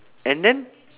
and then